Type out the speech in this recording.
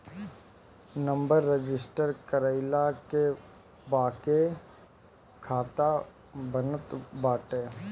number register कईला के बाके खाता बनत बाटे